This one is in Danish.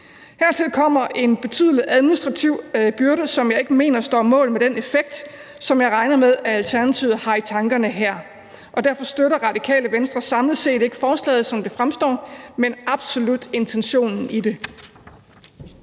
Hertil kommer en betydelig administrativ byrde, som jeg ikke mener står mål med den effekt, som jeg regner med Alternativet har i tankerne her. Derfor støtter Radikale Venstre samlet set ikke forslaget, som det fremstår, men absolut intentionen i det.